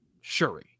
Shuri